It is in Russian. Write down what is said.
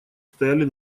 стояли